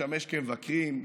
לשמש כמבקרים,